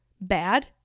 bad